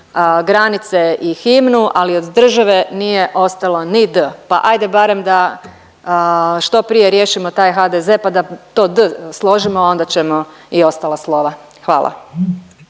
granice i himnu, ali od države nije ostalo ni D, pa ajde barem da što prije riješimo taj HDZ pa da to D složimo onda ćemo i ostala slova. Hvala.